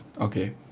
okay